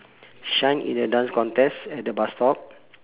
shine in a dance contest at the bus stop